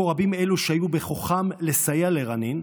כה רבים אלו שהיה בכוחם לסייע לרנין,